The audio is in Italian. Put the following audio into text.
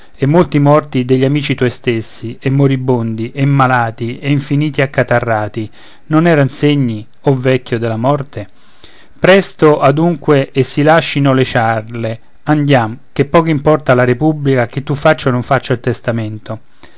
e molti morti degli amici tuoi stessi e moribondi e malati e infiniti accatarrati non eran segni o vecchio della morte presto adunque e si lascino le ciarle andiam che poco importa alla repubblica che tu faccia o non faccia il testamento